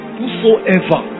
whosoever